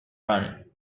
running